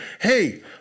hey